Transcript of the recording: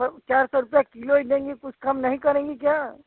और चार सौ रुपये किलो ही देंगे कुछ कम नहीं करेंगे क्या